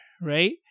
right